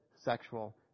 sexual